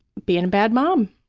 being a bad mom.